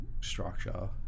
structure